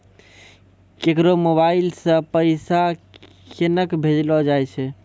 केकरो मोबाइल सऽ पैसा केनक भेजलो जाय छै?